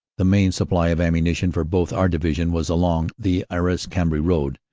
the main supply of ammunition for both our divisions was along the arras-cambrai road,